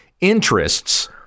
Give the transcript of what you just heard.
interests